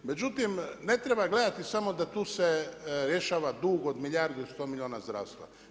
Međutim, ne treba gledati samo da tu se rješava dug od milijardu i sto milijuna zdravstva.